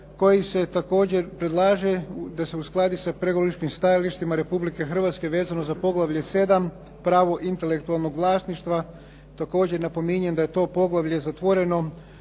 koji se također predlaže da se uskladi sa pregovaračkim stajalištima Republike Hrvatske vezano za poglavlje 7. – Pravo intelektualnog vlasništva. Također napominjem da je to poglavlje zatvoreno